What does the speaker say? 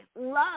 Love